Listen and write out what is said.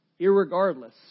irregardless